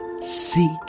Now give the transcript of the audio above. Seek